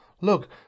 look